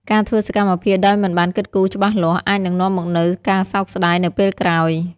ការធ្វើសកម្មភាពដោយមិនបានគិតគូរច្បាស់លាស់ អាចនឹងនាំមកនូវការសោកស្តាយនៅពេលក្រោយ។